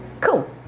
Cool